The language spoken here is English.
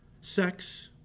sex